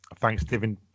Thanksgiving